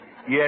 Yes